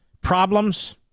problems